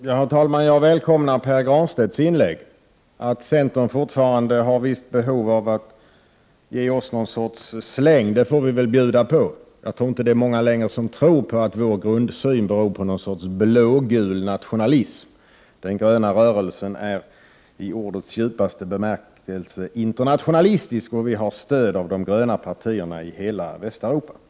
Herr talman! Jag välkomnar Pär Granstedts inlägg. Jag syftar då på att centern fortfarande har ett visst behov av att ge oss någon sorts släng. Men det får vi väl bjuda på. Jag tror inte att många längre tror att vår grundsyn hänger samman med någon sorts blågul nationalism. Den gröna rörelsen är i ordets djupaste bemärkelse internationalistisk. Vi har dessutom stöd av de gröna partierna i hela Västeuropa.